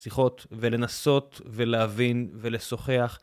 שיחות ולנסות ולהבין ולשוחח